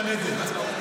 ולרדת.